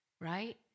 right